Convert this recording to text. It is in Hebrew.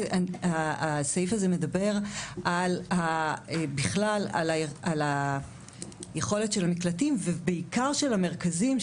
הסעיף הזה מדבר בכלל על היכולת של המקלטים ובעיקר של המרכזים,